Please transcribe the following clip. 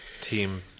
Team